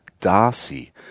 Darcy